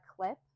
clip